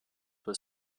was